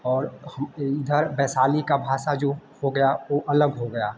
और इधर वैशाली की भाषा जो हो गया वह अलग हो गया